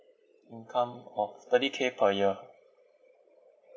income of thirty K per year